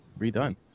redone